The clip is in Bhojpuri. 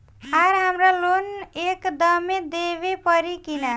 आर हमारा लोन एक दा मे देवे परी किना?